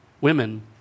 women